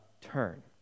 turn